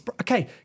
Okay